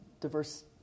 diverse